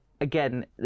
again